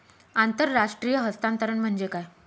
आंतरराष्ट्रीय हस्तांतरण म्हणजे काय?